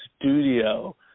studio